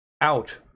out